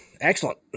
Excellent